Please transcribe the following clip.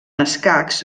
escacs